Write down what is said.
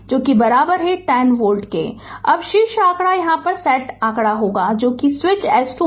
अब अब शीर्ष आंकड़ा यह सेट आंकड़ा है कि स्विच S 2 बंद है